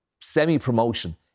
semi-promotion